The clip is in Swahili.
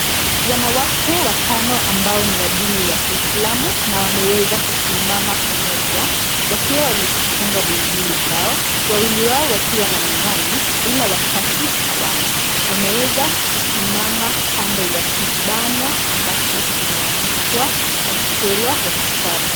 Wanawake watano ambao ni wa dini ya Kiislamu na wameweza kusimama pamoja wakiwa wamejifunga buibui zao. Wawili wao wakiwa na miwani ila watatu hawana. Wameweza kusimama kando ya kibanda ambacho kimeandikwa na kuchorwa wasichana.